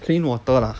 plain water lah